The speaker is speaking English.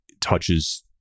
touches